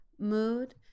Mood